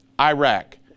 Iraq